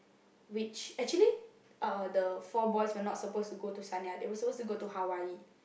which actually uh the four boys were not supposed to go to Sanya they suppose to go to Hawaii